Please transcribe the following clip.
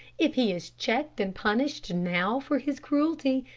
if he is checked and punished now for his cruelty,